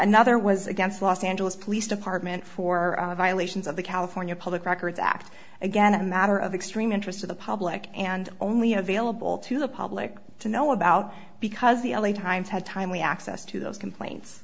another was against los angeles police department for violations of the california public records act again a matter of extreme interest to the public and only available to the public to know about because the l a times had timely access to those complaints